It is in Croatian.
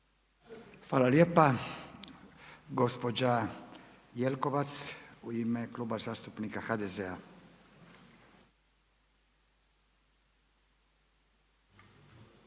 Hvala lijepa. Gospođa Marija Jelkovac ispred Kluba zastupnika HDZ-a.